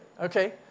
Okay